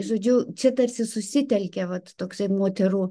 žodžiu čia tarsi susitelkė vat toks moterų